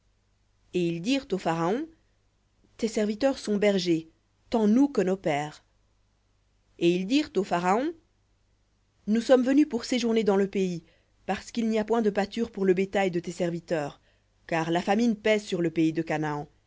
et ils dirent au pharaon tes serviteurs sont bergers tant nous que nos pères et ils dirent au pharaon nous sommes venus pour séjourner dans le pays parce qu'il n'y a point de pâture pour le bétail de tes serviteurs car la famine pèse sur le pays de canaan